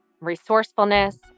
resourcefulness